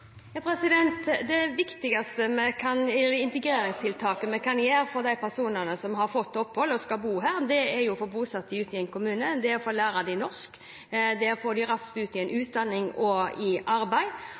Det viktigste integreringstiltaket vi kan gjøre for de personene som har fått opphold og skal bo her, er å få dem bosatt ute i en kommune, lære dem norsk og få dem raskt ut i utdanning og arbeid. Jeg er veldig glad for at Stortinget i